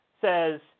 says